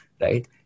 Right